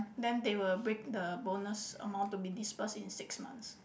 then they will break the bonus amount to be disperse in six months